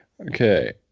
Okay